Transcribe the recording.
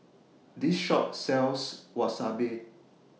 This Shop sells Wasabi